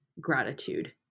gratitude